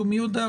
ומי יודע,